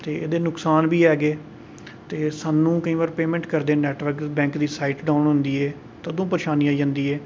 ते एहदे नुकसान बी हैगे ते साह्नूं केईं बारी पेमेंट करदे नेटवर्क बैंक दी साइट डाउन होंदी ऐ ते अदूं परेशानी आई जंदी ऐ